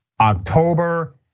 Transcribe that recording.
October